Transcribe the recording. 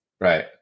Right